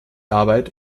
arbeit